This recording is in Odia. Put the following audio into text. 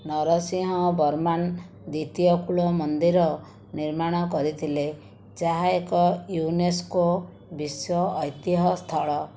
ନରସିଂହ ବର୍ମାନ୍ ଦ୍ୱିତୀୟ କୂଳ ମନ୍ଦିର ନିର୍ମାଣ କରିଥିଲେ ଯାହା ଏକ ୟୁନେସ୍କୋ ବିଶ୍ୱ ଐତିହ୍ୟ ସ୍ଥଳ